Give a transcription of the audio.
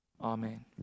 Amen